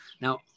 Now